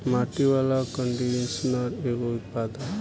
माटी वाला कंडीशनर एगो उत्पाद ह